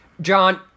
John